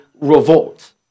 Revolt